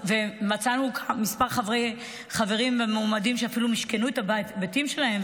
מצאנו כמה חברים ומועמדים שאפילו משכנו את הבתים שלהם,